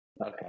Okay